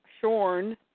shorn